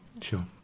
Sure